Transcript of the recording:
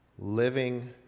Living